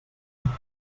temps